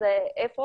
איפה